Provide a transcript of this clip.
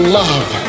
love